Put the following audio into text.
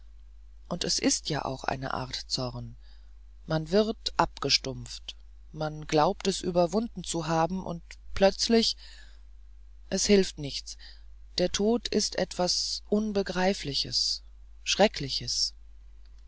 und es ist ja auch eine art zorn man wird abgestumpft man glaubt es überwunden zu haben und plötzlich es hilft nichts der tod ist etwas unbegreifliches schreckliches